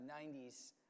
90s